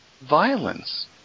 violence